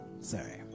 Sorry